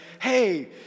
Hey